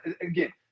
again